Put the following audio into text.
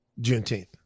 Juneteenth